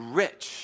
rich